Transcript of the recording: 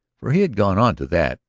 for he had gone on to that,